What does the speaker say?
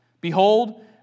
Behold